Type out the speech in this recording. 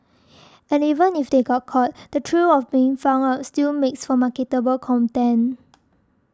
and even if they got caught the thrill of being found out still makes for marketable content